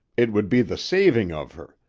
it would be the saving of her.